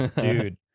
dude